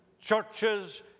churches